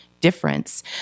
difference